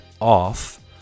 off